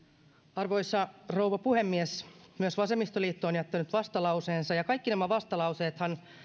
arvoisa rouva puhemies myös vasemmistoliitto on jättänyt vastalauseensa ja kaikki nämä vastalauseethan